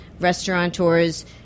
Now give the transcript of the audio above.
restaurateurs